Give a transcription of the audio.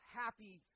happy